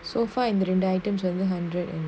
so far இந்த ரெண்டு:intha rendu items வந்து:vanthu hundred and